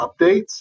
updates